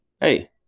hey